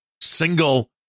single